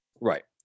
right